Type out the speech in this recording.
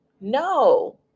No